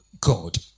God